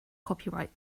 copyright